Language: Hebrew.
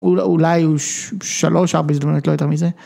אול... אולי היו ש... שלוש-ארבע הזדמנויות, לא יותר מזה.